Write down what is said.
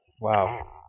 Wow